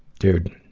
dude.